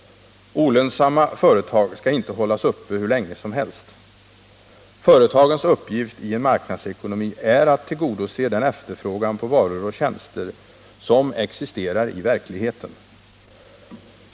Olönsamma företag skall inte hållas uppe hur länge som helst. Företagens uppgift i en marknadsekonomi är att tillgodose den efterfrågan på varor och tjänster som existerar i verkligheten.